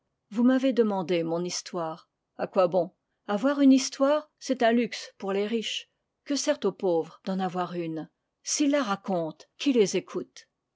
vous m'avez demandé mon histoire a quoi bon avoir une histoire c'est un luxe pour les riches que sert aux pauvres d'en avoir une s'ils la racontent qui les écoute